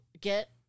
get